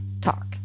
talk